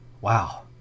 Wow